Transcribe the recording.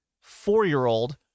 four-year-old